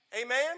Amen